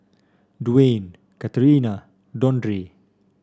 Dwyane Katharina Dondre